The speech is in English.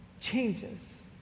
changes